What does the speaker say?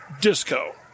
disco